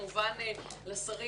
כמובן, לשרים